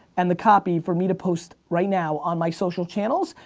and the copy for me to post right now on my social channels,